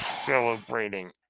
celebrating